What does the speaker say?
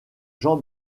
jean